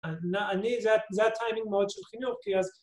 ‫אני זה טיימינג מאוד של חינוך, ‫כי אז...